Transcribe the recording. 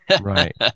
Right